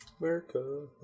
America